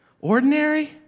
Ordinary